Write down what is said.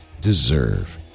deserve